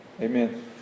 Amen